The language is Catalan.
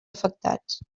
afectats